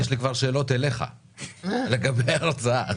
יש לי כבר שאלות אליך לגבי ההרצאה.